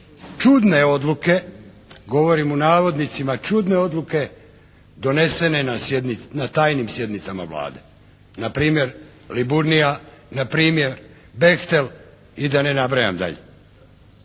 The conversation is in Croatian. čudne odluke, govorim u navodnicima čudne odluke, donesene na tajnim sjednicama Vlade npr. Liburnija, npr. Bechtel i da ne nabrajam dalje.